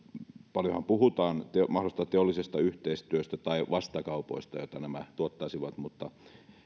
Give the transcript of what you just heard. paljonhan puhutaan mahdollisesta teollisesta yhteistyöstä tai vastakaupoista joita nämä tuottaisivat mutta